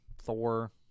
Thor